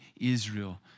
Israel